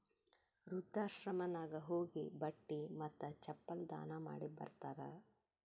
ವೃದ್ಧಾಶ್ರಮನಾಗ್ ಹೋಗಿ ಬಟ್ಟಿ ಮತ್ತ ಚಪ್ಪಲ್ ದಾನ ಮಾಡಿ ಬರ್ತಾರ್